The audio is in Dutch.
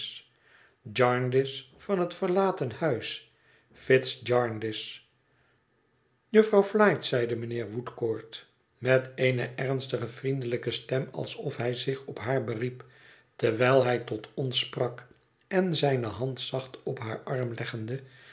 jarndyce van het verlaten huis fitz jarndyce jufvrouw flite zeide mijnheer woodcourt met eene ernstige vriendelijke stem alsof hij zich op haar beriep terwijl hij tot ons sprak en zijne hand zacht op haar arm leggende